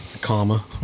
comma